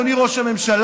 אדוני ראש הממשלה,